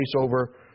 over